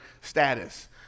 status